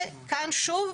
וכאן שוב,